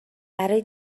برای